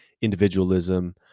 individualism